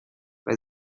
bei